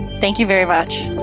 thank you very much.